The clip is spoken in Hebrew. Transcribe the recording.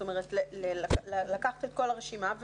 זאת אומרת, לגבות את כל הרשימה.